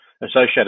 associated